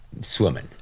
Swimming